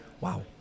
Wow